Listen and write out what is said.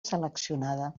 seleccionada